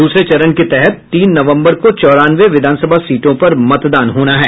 दूसरे चरण के तहत तीन नवम्बर को चौरानवे विधानसभा सीटों पर मतदान होना है